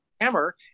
hammer